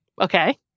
Okay